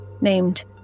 named